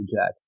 Jack